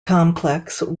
complex